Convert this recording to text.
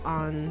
on